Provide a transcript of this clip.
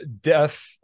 death